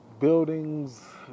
buildings